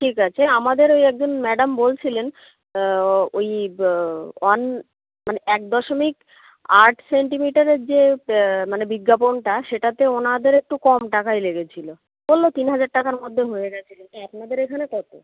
ঠিক আছে আমাদের ওই একজন ম্যাডাম বলছিলেন ওই ওয়ান মানে এক দশমিক আট সেন্টিমিটারের যে মানে বিজ্ঞাপনটা সেটাতে ওনাদের একটু কম টাকাই লেগেছিলো বললো তিন হাজার টাকার মধ্যে হয়ে গেছিলো তাই আপনাদের এখানে কতো